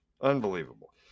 Unbelievable